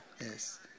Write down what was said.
Yes